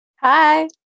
Hi